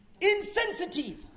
insensitive